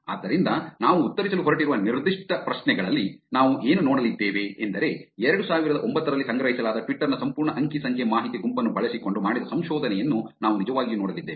ಆದ್ದರಿಂದ ನಾವು ಉತ್ತರಿಸಲು ಹೊರಟಿರುವ ನಿರ್ದಿಷ್ಟ ಪ್ರಶ್ನೆಗಳಲ್ಲಿ ನಾವು ಏನು ನೋಡಲಿದ್ದೇವೆ ಎಂದರೆ 2009 ರಲ್ಲಿ ಸಂಗ್ರಹಿಸಲಾದ ಟ್ವಿಟರ್ ನ ಸಂಪೂರ್ಣ ಅಂಕಿ ಸಂಖ್ಯೆ ಮಾಹಿತಿ ಗುಂಪನ್ನು ಬಳಸಿಕೊಂಡು ಮಾಡಿದ ಸಂಶೋಧನೆಯನ್ನು ನಾವು ನಿಜವಾಗಿಯೂ ನೋಡಲಿದ್ದೇವೆ